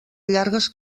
llargues